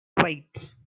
white